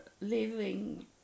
living